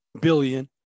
billion